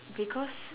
because